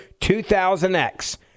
2000X